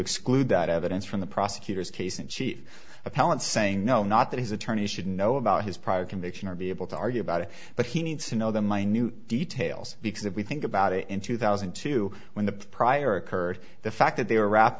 exclude that evidence from the prosecutor's case and she appellant saying no not that his attorney should know about his prior conviction or be able to argue about it but he needs to know the minute details because if we think about it in two thousand and two when the prior occurred the fact that they were wrapped